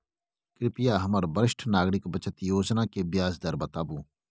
कृपया हमरा वरिष्ठ नागरिक बचत योजना के ब्याज दर बताबू